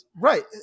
Right